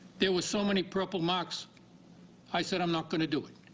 there were so many purple marks i said i'm not going to do it.